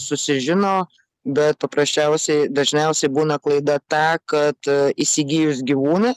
susižino bet paprasčiausiai dažniausiai būna klaida ta kad įsigijus gyvūną